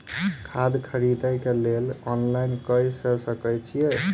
खाद खरीदे केँ लेल ऑनलाइन कऽ सकय छीयै?